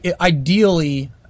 ideally